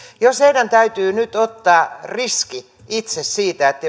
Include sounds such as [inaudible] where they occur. jos heidän täytyy nyt ottaa riski itse siitä että [unintelligible]